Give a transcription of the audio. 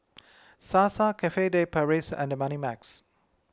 Sasa Cafe De Paris and Moneymax